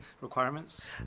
requirements